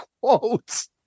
quotes